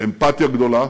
אמפתיה גדולה,